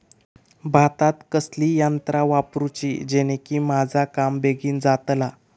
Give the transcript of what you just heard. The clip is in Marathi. भातात कसली यांत्रा वापरुची जेनेकी माझा काम बेगीन जातला?